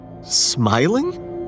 Smiling